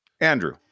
Andrew